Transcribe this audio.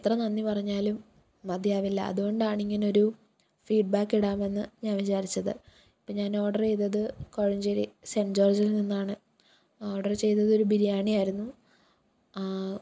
എത്ര നന്ദി പറഞ്ഞാലും മതിയാകില്ല അതുകൊണ്ടാണിങ്ങനൊരു ഫീഡ് ബാക്കിടാമെന്നു ഞാൻ വിചാരിച്ചത് ഇപ്പം ഞാനോഡർ ചെയ്തത് കോഴഞ്ചേരി സെൻറ്റ് ജോർജ്ജിൽ നിന്നാണ് ഓഡർ ചെയ്തതൊരു ബിരിയാണി ആയിരുന്നു